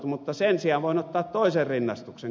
mutta sen sijaan voin ottaa toisen rinnastuksen